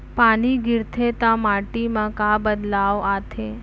पानी गिरथे ता माटी मा का बदलाव आथे?